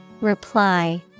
Reply